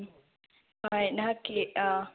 ꯎꯝ ꯍꯣꯏ ꯅꯍꯥꯛꯀꯤ